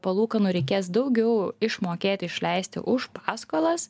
palūkanų reikės daugiau išmokėti išleisti už paskolas